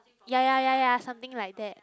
ya ya ya ya something like that